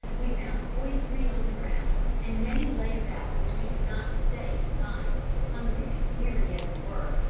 we found forty-three on the ground, and many lay about which we could not stay to find, hungry and weary as we were,